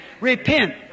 Repent